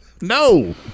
No